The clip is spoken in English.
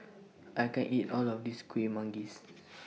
I can't eat All of This Kuih Manggis